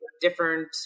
different